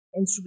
Instagram